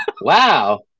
Wow